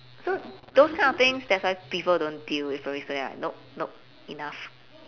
so those kind of things that's why people don't deal with primary school they're like nope nope enough